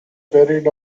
buried